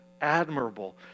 admirable